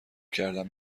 کردم